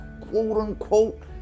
quote-unquote